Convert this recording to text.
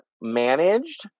managed